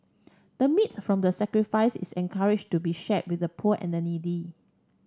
the meat from the sacrifice is encouraged to be shared with the poor and needy